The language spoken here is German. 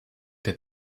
der